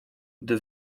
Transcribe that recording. gdy